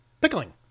pickling